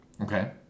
Okay